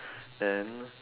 then